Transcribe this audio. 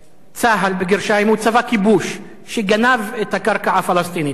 הוא צבא כיבוש, שגנב את הקרקע הפלסטינית.